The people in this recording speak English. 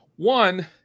One